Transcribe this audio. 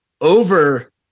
over